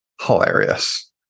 hilarious